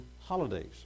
holidays